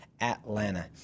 Atlanta